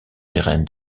pérenne